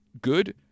good